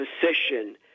position